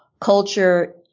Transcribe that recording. culture